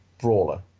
brawler